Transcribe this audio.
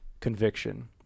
conviction